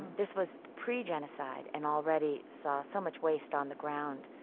this was pre-genocide and already saw so much waste on the ground,